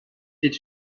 est